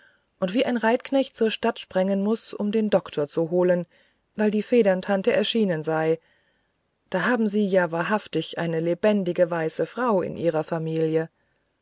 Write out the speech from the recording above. und wie ein reitknecht zur stadt sprengen muß um den doktor zu holen weil die federntante erschienen sei da hatten sie ja wahrhaftig eine lebendige weiße frau in ihrer familie